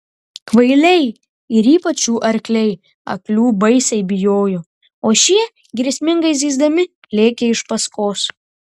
kvailiai ir ypač jų arkliai aklių baisiai bijojo o šie grėsmingai zyzdami lėkė iš paskos